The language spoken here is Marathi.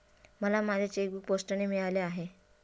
मला माझे चेकबूक पोस्टाने मिळाले आहे